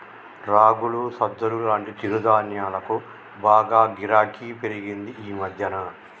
రాగులు, సజ్జలు లాంటి చిరుధాన్యాలకు బాగా గిరాకీ పెరిగింది ఈ మధ్యన